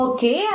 Okay